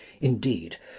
indeed